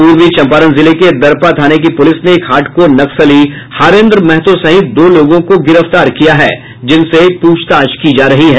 पूर्वी चंपारण जिले के दरपा थाने की पुलिस ने एक हार्डकोर नक्सली हरेंद्र महतो सहित दो लोगों को गिरफ्तार किया है जिनसे पूछताछ की जा रही है